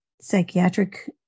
psychiatric